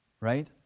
right